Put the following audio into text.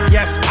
Yes